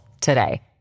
today